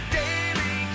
daily